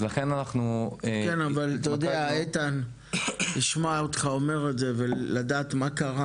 אתה יודע איתן לשמוע אותך אומר את זה ולראות מה קרה